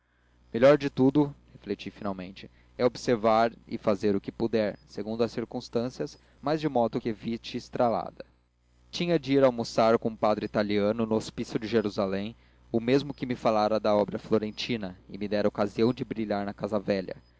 melhor de tudo refleti finalmente é observar e fazer o que puder segundo as circunstâncias mas de modo que evite estralada tinha de ir almoçar com um padre italiano no hospício de jerusalém o mesmo que me falara da obra florentina e me dera ocasião de brilhar na casa velha